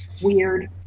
Weird